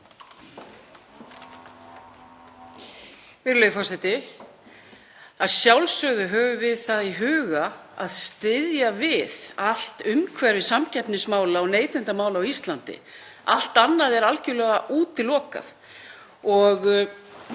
Virðulegi forseti. Að sjálfsögðu höfum við það í huga að styðja við allt umhverfi samkeppnismála og neytendamála á Íslandi. Allt annað er algerlega útilokað.